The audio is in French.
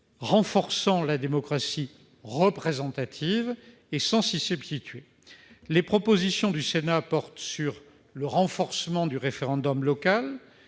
renforçant la démocratie représentative et sans s'y substituer. Ces propositions portent sur le renforcement du référendum local,